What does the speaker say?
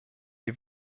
die